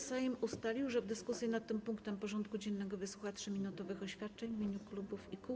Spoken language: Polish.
Sejm ustalił, że w dyskusji nad tym punktem porządku dziennego wysłucha 3-minutowych oświadczeń w imieniu klubów i kół.